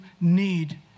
need